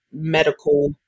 medical